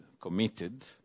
committed